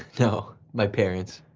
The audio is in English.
no, my parents.